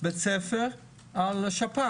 בית ספר לשפעת?